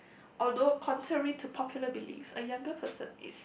although countering to popular beliefs a younger person is